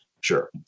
Sure